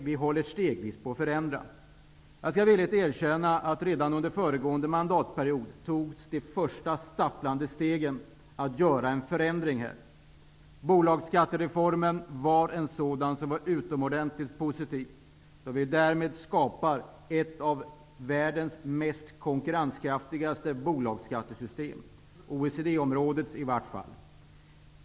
Vi håller stegvis på att förändra detta. Jag skall villigt erkänna att redan under föregående mandatperiod togs de första stapplande stegen för att genomföra en förändring. Bolagsskattereformen var ett sådant mycket positivt steg. Därmed skapades ett av världens mest konkurrenskraftiga bolagsskattesystem, åtminstone bland OECD-länderna.